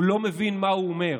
הוא לא מבין מה הוא אומר.